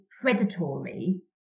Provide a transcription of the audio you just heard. predatory